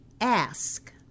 ask